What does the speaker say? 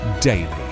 daily